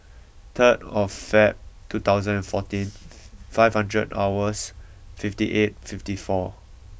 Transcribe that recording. zero of five two thousand fourteen five hundred hours fifty eight fifty four